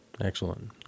Excellent